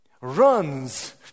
runs